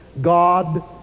God